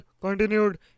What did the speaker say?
continued